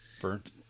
Burnt